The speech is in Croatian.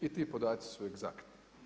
I ti podaci su egzaktni.